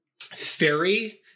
fairy